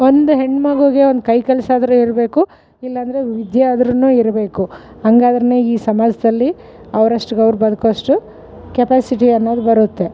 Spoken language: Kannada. ಒಂದು ಹೆಣ್ಣುಮಗುಗೆ ಒಂದು ಕೈ ಕೆಲಸ ಆದ್ರೂ ಇರಬೇಕು ಇಲ್ಲಂದ್ರೆ ವಿದ್ಯೆ ಆದ್ರೂ ಇರಬೇಕು ಹಂಗೆ ಆದ್ರೆ ಈ ಸಮಾಜದಲ್ಲಿ ಅವರಷ್ಟು ಅವ್ರು ಬದುಕೋವಷ್ಟು ಕ್ಯಾಪಸಿಟಿ ಅನ್ನೋದು ಬರುತ್ತೆ